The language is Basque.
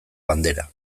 bandera